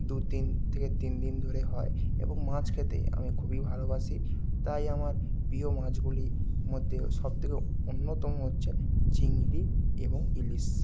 দু তিন থেকে তিন দিন ধরে হয় এবং মাছ খেতে আমি খুবই ভালোবাসি তাই আমার প্রিয় মাছগুলি মধ্যে সব থেকে অন্যতম হচ্ছে চিংড়ি এবং ইলিশ